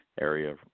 area